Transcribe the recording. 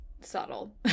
Subtle